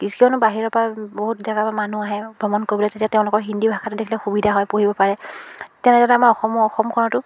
কিয়নো বাহিৰৰ পৰা বহুত জেগাৰ পৰা মানুহ আহে ভ্ৰমণ কৰিবলৈ তেতিয়া তেওঁলোকৰ হিন্দী ভাষাটো থাকিলে সুবিধা হয় পঢ়িব পাৰে তেনেদৰে আমাৰ অসমৰ অসমখনতো